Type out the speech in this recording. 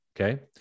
Okay